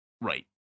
Right